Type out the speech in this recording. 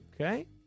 Okay